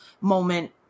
moment